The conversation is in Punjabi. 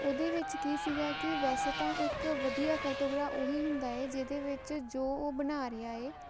ਉਹਦੇ ਵਿੱਚ ਕੀ ਸੀਗਾ ਕਿ ਵੈਸੇ ਤਾਂ ਇੱਕ ਵਧੀਆ ਫੋਟੋਗ੍ਰਾ ਉਹੀ ਹੁੰਦਾ ਹੈ ਜਿਹਦੇ ਵਿੱਚ ਜੋ ਉਹ ਬਣਾ ਰਿਹਾ ਹੈ